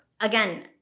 again